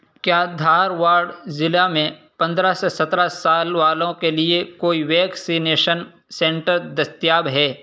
کیا دھارواڑ ضلع میں پندرہ سے سترہ سال والوں کے لیے کوئی ویکسینیشن سنٹر دستیاب ہے